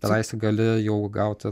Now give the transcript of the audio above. tenais gali jau gauti